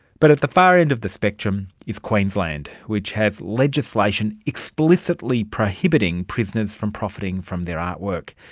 but at the far end of the spectrum is queensland, which has legislation explicitly prohibiting prisoners from profiting from their artwork.